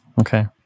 okay